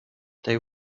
they